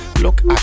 look